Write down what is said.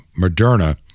Moderna